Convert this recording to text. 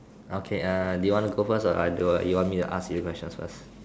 okay err do you want to go first or I or you want me to ask you the questions first